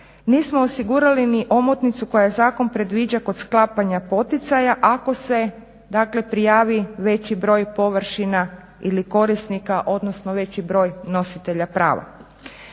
Nismo osigurali ni omotnicu koju zakon predviđa kod sklapanja poticaja ako se prijavi veći broj površina ili korisnika, odnosno veći broj nositelja prava.